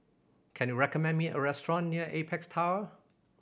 can you recommend me a restaurant near Apex Tower